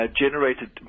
generated